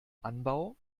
anbau